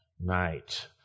night